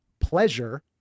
pleasure